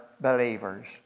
believers